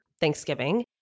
Thanksgiving